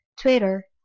Twitter